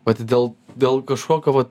vat dėl dėl kažkokio va